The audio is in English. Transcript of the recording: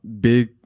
big